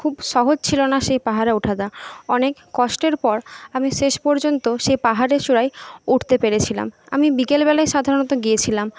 খুব সহজ ছিল না সেই পাহাড়ে ওঠাটা অনেক কষ্টের পর আমি শেষ পর্যন্ত সেই পাহাড়ের চূড়ায় উঠতে পেরেছিলাম আমি বিকেলবেলায় সাধারণত গিয়েছিলাম